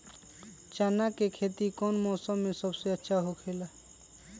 चाना के खेती कौन मौसम में सबसे अच्छा होखेला?